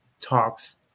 Talks